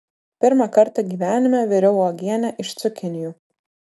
pirmą kartą gyvenime viriau uogienę iš cukinijų